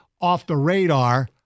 off-the-radar